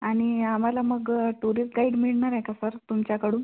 आणि आम्हाला मगं टुरिस्ट गाईड मिळणाराय का सर तुमच्याकडून